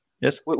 Yes